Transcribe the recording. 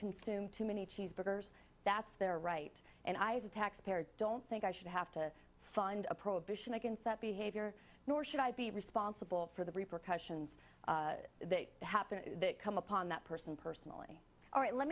consume too many cheeseburgers that's their right and i as a taxpayer don't think i should have to fund a prohibition against that behavior nor should i be responsible for the repercussions that happen to come upon that person personally all right let